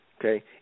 Okay